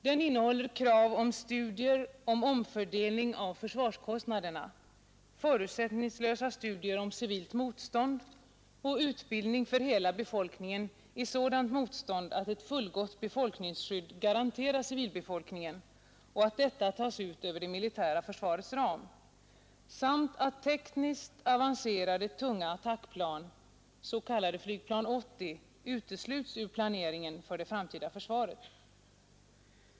Den innehåller krav på att studier skall ske rörande omfördelning av försvarskostnaderna, att förutsättningslösa studier om civilmotstånd skall bedrivas och utbildning för hela befolkningen i sådant motstånd äga rum, att ett fullgott befolkningsskydd garanteras civilbefolkningen, för vilket kostnaderna skall tas ut inom det militära försvarets ram, samt att tekniskt avancerade tunga attackplan, s.k. flygplan 80, utesluts ur planeringen för det framtida försvaret.